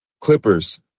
Clippers